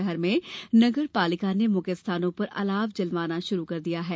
शहर में नगरपालिका ने मुख्य स्थानों पर अलाव जलवाना शुरू कर दिये हैं